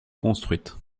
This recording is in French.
construites